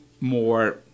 more